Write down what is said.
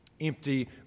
Empty